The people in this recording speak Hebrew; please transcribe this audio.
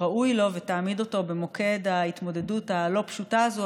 הראוי לה ותעמיד אותה במוקד ההתמודדות הלא-פשוטה הזאת,